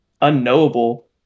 unknowable